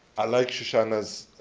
i like shoshana's